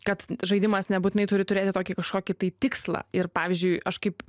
kad žaidimas nebūtinai turi turėti tokį kažkokį tai tikslą ir pavyzdžiui aš kaip